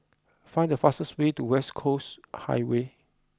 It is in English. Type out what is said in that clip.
find the fastest way to West Coast Highway